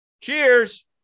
Cheers